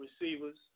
receivers